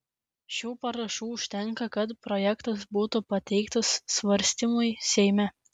šių parašų užtenka kad projektas būtų pateiktas svarstymui seime